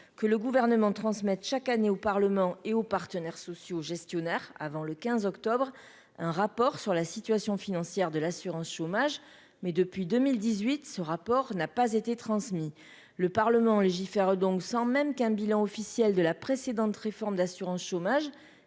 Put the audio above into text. que le gouvernement transmettre chaque année au Parlement et aux partenaires sociaux, gestionnaires avant le 15 octobre un rapport sur la situation financière de l'assurance chômage, mais depuis 2018, ce rapport n'a pas été transmis le Parlement légifère, donc sans même qu'un bilan officiel de la précédente réforme de l'assurance chômage